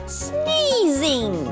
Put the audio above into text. sneezing